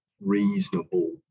reasonable